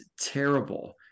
terrible